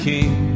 King